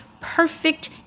perfect